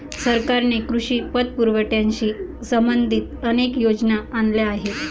सरकारने कृषी पतपुरवठ्याशी संबंधित अनेक योजना आणल्या आहेत